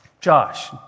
Josh